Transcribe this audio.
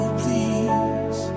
please